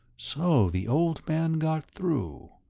so the old man got through,